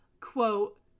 quote